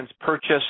purchase